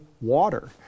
water